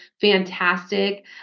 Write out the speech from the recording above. fantastic